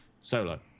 solo